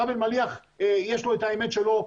הרב אלמליח יש לו את האמת שלו.